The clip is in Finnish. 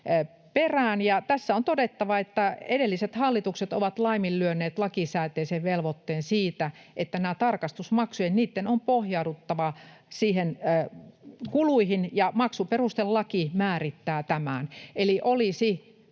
perään: Tässä on todettava, että edelliset hallitukset ovat laiminlyöneet lakisääteisen velvoitteen siitä, että näitten tarkastusmaksujen on pohjauduttava niihin kuluihin, ja maksuperustelaki määrittää tämän.